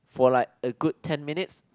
for like a good ten minutes